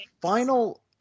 final